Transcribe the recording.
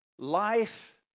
Life